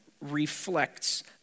reflects